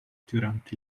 dürant